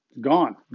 Gone